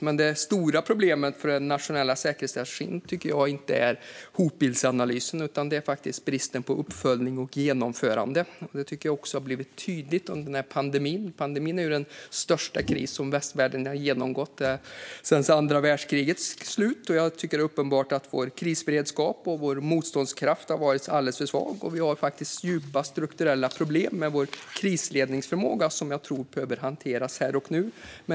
Men det stora problemet för den nationella säkerhetsstrategin tycker jag inte är hotbildsanalysen utan bristen på uppföljning och genomförande. Det tycker jag också har blivit tydligt under pandemin. Pandemin är ju den största kris som västvärlden genomgått sedan andra världskrigets slut. Jag tycker att det är uppenbart att vår krisberedskap och vår motståndskraft har varit alldeles för svaga. Vi har djupa strukturella problem med vår krisledningsförmåga som jag tror behöver hanteras här och nu.